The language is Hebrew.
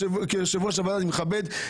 כיושב-ראש הוועדה כי אני מכבד אותך,